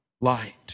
light